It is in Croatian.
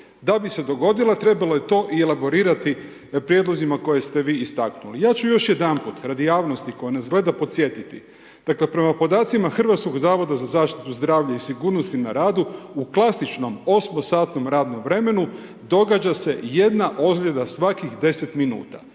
Da bi se dogodila, trebalo je to i elaborirati prijedlozima koje ste vi istaknuli. Ja ću još jedanput, radi javnosti, koja nas gleda podsjetiti, dakle, prema podacima Hrvatskog zavoda za zaštitu zdravlja i sigurnosti na radu, u klasičnom 8-satu radnom vremenu, događa se 1 ozljeda svakih 10 min